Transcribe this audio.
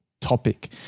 topic